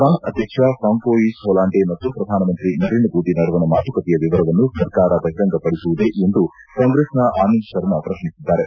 Pond's ಅಧ್ವಕ್ಷ Francois Hollande ಮತ್ತು ಪ್ರಧಾನಮಂತ್ರಿ ನರೇಂದ್ರ ಮೋದಿ ನಡುವಣ ಮಾತುಕತೆಯ ವಿವರವನ್ನು ಸರ್ಕಾರ ಬಹಿರಂಗಪಡಿಸುವುದೇ ಎಂದು ಕಾಂಗ್ರೆಸ್ನ ಆನಂದ್ ಶರ್ಮಾ ಪ್ರಶ್ನಿಸಿದ್ದಾರೆ